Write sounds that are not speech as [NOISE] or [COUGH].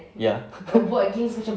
ya [LAUGHS]